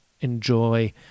enjoy